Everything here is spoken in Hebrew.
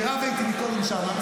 שרבה איתי קודם שם,